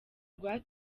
rwa